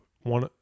one